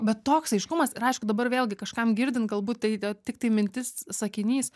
bet toks aiškumas ir aišku dabar vėlgi kažkam girdint galbūt tai tiktai mintis sakinys